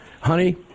honey